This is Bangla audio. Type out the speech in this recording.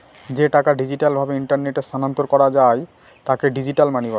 যে টাকা ডিজিটাল ভাবে ইন্টারনেটে স্থানান্তর করা যায় তাকে ডিজিটাল মানি বলে